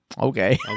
Okay